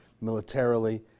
militarily